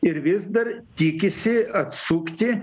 ir vis dar tikisi atsukti